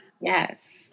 Yes